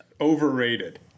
Overrated